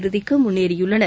இறுதிக்கு முன்னேறியுள்ளனர்